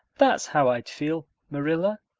that's how i'd feel, marilla.